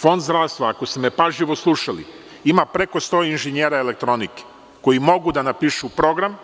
Fond zdravstva, ako ste me pažljivo slušali, ima preko 100 inženjera elektronike koji mogu da napišu program,